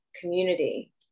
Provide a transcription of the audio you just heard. community